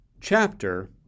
Chapter